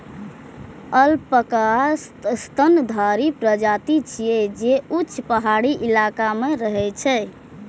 alpaca स्तनधारी प्रजाति छियै, जे ऊंच पहाड़ी इलाका मे रहै छै